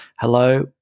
Hello